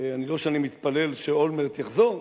לא שאני מתפלל שאולמרט יחזור,